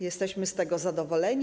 Jesteśmy z tego zadowoleni.